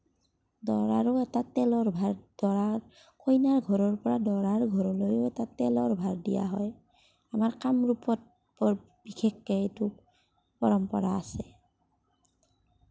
দৰাৰো এটা তেলৰ ভাগ দৰাৰ কইনাৰ ঘৰৰ পৰা দৰাৰ ঘৰলৈও এটা তেলৰ ভাগ দিয়া হয় আমাৰ কামৰূপত বৰ বিশেষকৈ এইটো পৰম্পৰা আছে